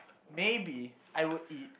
maybe I will eat